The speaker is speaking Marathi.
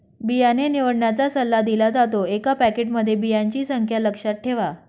बियाणे निवडण्याचा सल्ला दिला जातो, एका पॅकेटमध्ये बियांची संख्या लक्षात ठेवा